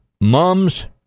mums